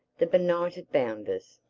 the benighted bounders!